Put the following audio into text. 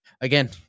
again